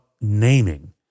naming